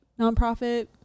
nonprofit